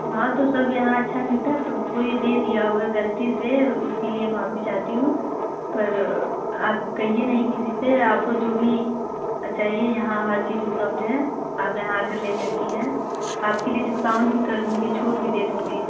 हाँ तो सब यहाँ अच्छा मिलता है तो कोई दे दिया होगा गलती से उसके लिए माफ़ी चाहती हूँ पर आप कहिए नहीं किसी से आप को जो भी चाहिए यहाँ हर चीज़ उपलब्ध है आप यहाँ आकर ले सकती हैं आप के लिए डिस्काउंट भी कर दूँगी छूट भी दे दूँगी